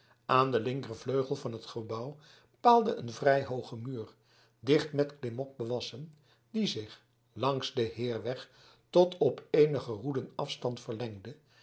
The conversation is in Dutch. aan den linkervleugel van het gebouw paalde een vrij hooge muur dicht met klimop bewassen die zich langs den heirweg tot op eenige roeden afstand verlengde